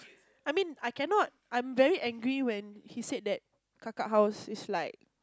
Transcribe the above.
I mean I cannot I'm very angry when he said that kaka house is like